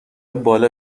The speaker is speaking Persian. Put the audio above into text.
بالا